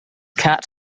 cat